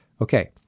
Okay